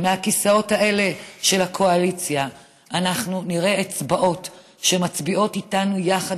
ומהכיסאות האלה של הקואליציה אנחנו נראה אצבעות שמצביעות איתנו יחד,